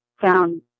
found